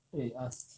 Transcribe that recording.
you ask